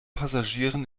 passagieren